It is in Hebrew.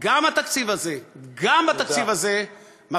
וגם התקציב הזה, גם בתקציב הזה, תודה.